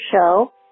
show